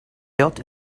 built